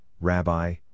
Rabbi